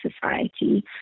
society